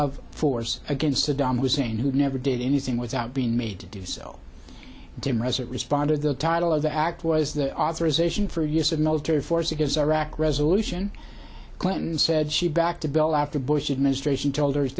of force against saddam hussein who never did anything without being made to do so tim russert responded the title of the act was the authorization for use of military force against iraq resolution clinton said she back to bill after bush administration t